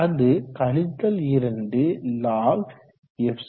அது 2log10εd3